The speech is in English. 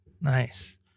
Nice